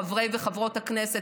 חברות וחברי הכנסת,